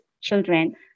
children